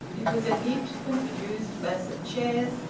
it was a heaped, confused mass of chairs,